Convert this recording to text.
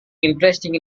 interesting